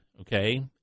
okay